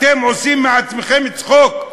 אתם עושים מעצמכם צחוק.